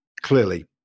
clearly